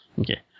Okay